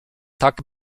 tak